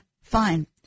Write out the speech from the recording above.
fine